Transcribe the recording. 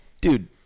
dude